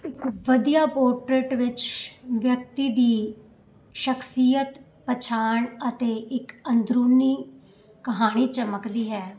ਵਧੀਆ ਪੋਰਟਰੇਟ ਵਿੱਚ ਵਿਅਕਤੀ ਦੀ ਸ਼ਖਸੀਅਤ ਪਛਾਣ ਅਤੇ ਇੱਕ ਅੰਦਰੂਨੀ ਕਹਾਣੀ ਚਮਕਦੀ ਹੈ